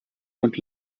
und